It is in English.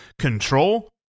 control